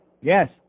Yes